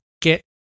get